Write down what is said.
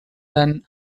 than